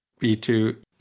B2